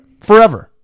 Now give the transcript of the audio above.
forever